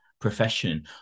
profession